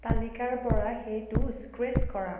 তালিকাৰ পৰা সেইটো স্ক্ৰেচ কৰা